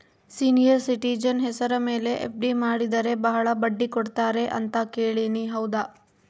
Senior citizen ಹೆಸರ ಮೇಲೆ FD ಮಾಡಿದರೆ ಬಹಳ ಬಡ್ಡಿ ಕೊಡ್ತಾರೆ ಅಂತಾ ಕೇಳಿನಿ ಹೌದಾ?